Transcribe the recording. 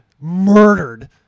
murdered